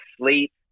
sleep